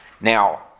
Now